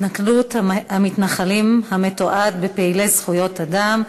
בנושא: התנכלות מתועדת של מתנחלים לפעילי זכויות האדם,